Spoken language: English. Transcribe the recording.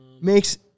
Makes